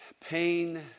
pain